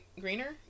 greener